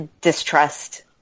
distrust